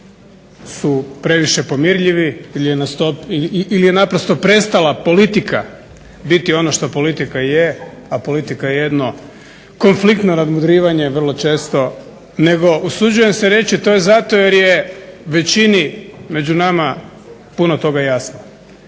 su previše pomirljivi ili je naprosto prestala politika biti ono što politika je, a politika je jedno konfliktno nadmudrivanje vrlo često. Nego usuđujem se reći to je zato jer je većini među nama puno toga jasno